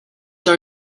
our